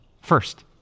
first